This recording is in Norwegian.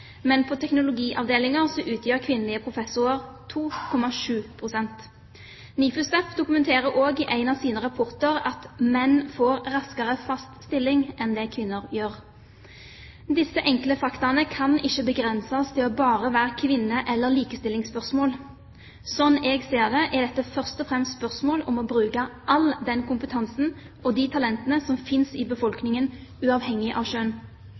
men på teknologiavdelinger utgjør kvinnelige professorer 2,7 pst. NIFU STEP dokumenterer også i en av sine rapporter at menn raskere får fast stilling enn det kvinner gjør. Disse enkle faktaene kan ikke begrenses til bare å være kvinne- eller likestillingsspørsmål. Slik jeg ser det, er dette først og fremst spørsmål om å bruke all den kompetansen og de talentene som finnes i befolkningen, uavhengig av